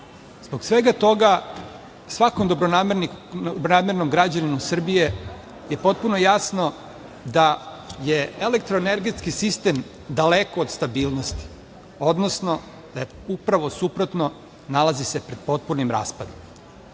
svega toga svakom dobronamernom građaninu Srbije je potpuno jasno da je elektroenergetski sistem daleko od stabilnosti, odnosno da je upravo suprotno, nalazi se pred potpunim raspadom. Gospođo